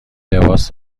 لباس